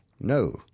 no